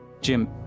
Jim